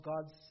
gods